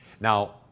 Now